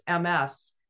MS